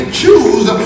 choose